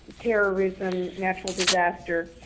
terrorism and natural disaster.